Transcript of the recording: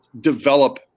develop